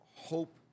hope